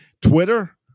Twitter